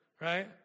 right